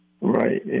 Right